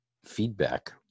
feedback